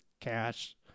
cash